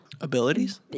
Abilities